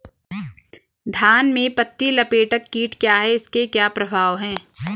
धान में पत्ती लपेटक कीट क्या है इसके क्या प्रभाव हैं?